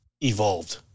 evolved